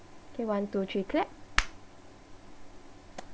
okay one two three clap